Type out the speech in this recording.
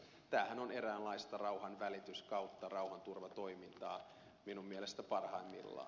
tämähän on eräänlaista rauhanvälitys tai rauhanturvatoimintaa minun mielestäni parhaimmillaan